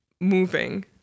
moving